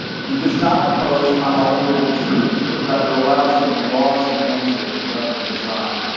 he does not impose unalterable truths but rather allows for the laws of nature to govern design.